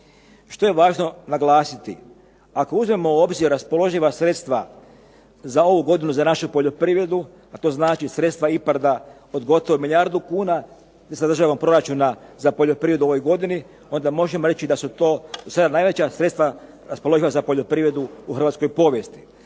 Što je važno naglasiti? Ako uzmemo u obzir raspoloživa sredstva za ovu godinu za našu poljoprivredu, a to znači sredstava od gotovo milijardu kuna iz državnog proračuna za poljoprivredu u ovoj godini onda možemo reći da su to dosada najveća sredstva raspoloživa za poljoprivredu u hrvatskoj povijesti.